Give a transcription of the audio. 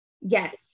Yes